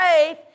faith